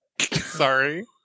Sorry